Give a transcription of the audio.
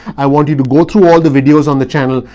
i want you to go to all the videos on the channel.